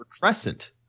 crescent